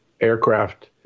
aircraft